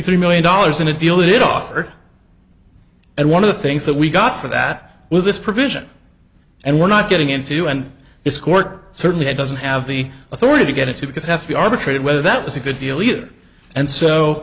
three million dollars in a deal it offered and one of the things that we got for that was this provision and we're not getting into and this court certainly doesn't have the authority to get it to because it has to be arbitrated whether that was a good deal either and so